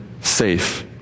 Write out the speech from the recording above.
safe